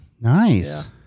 Nice